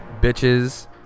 Bitches